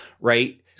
right